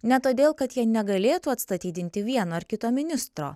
ne todėl kad jie negalėtų atstatydinti vieno ar kito ministro